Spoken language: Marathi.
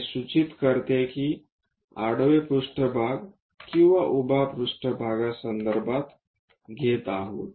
हे सूचित करते की आडवे पृष्ठभाग किंवा उभ्या पृष्ठभागा संदर्भात घेत आहोत